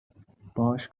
باهاش